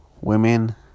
Women